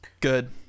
Good